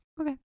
Okay